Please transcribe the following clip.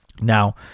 Now